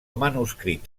manuscrit